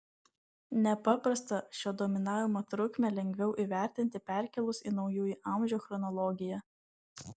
nepaprastą šio dominavimo trukmę lengviau įvertinti perkėlus į naujųjų amžių chronologiją